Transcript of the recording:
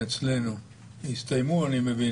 אני מבין שהם הסתיימו.